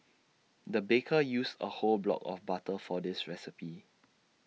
the baker used A whole block of butter for this recipe